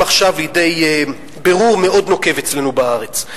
עכשיו לבירור מאוד נוקב אצלנו בארץ.